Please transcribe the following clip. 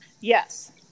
Yes